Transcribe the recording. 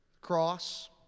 cross